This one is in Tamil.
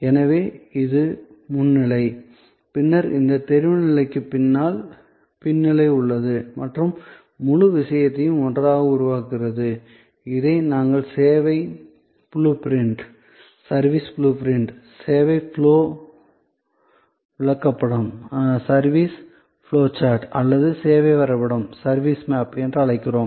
எனவே இது முன் நிலை பின்னர் இந்த தெரிவுநிலைக்கு பின்னால் பின் நிலை உள்ளது மற்றும் முழு விஷயத்தையும் ஒன்றாக உருவாக்குகிறது இதை நாங்கள் சேவை ப்ளூ பிரிண்ட் சேவை ஃப்ளோ விளக்கப்படம் அல்லது சேவை வரைபடம் என்று அழைக்கிறோம்